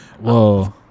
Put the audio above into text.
Whoa